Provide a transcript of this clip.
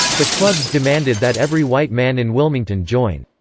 the clubs demanded that every white man in wilmington join.